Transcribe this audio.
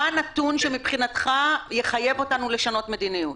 מהו הנתון שמבחינתך יחייב אותנו לשנות מדיניות?